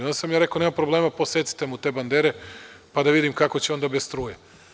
Onda sam ja rekao – nema problema, posecite mu te bandere, pa da vidim kako će onda bez struje.